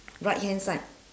right hand side